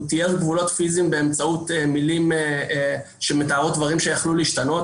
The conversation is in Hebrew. הוא תיאר גבולות פיזיים באמצעות מילים שיכלו להשתנות,